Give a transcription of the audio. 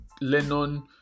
Lennon